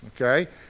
okay